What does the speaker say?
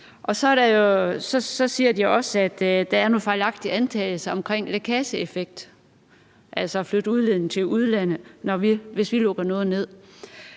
Så siger de også, at der er nogle fejlagtige antagelser omkring lækageeffekt, altså at flytte udledningen til udlandet, hvis vi lukker noget ned.